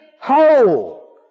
whole